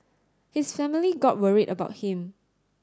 his family got worried about him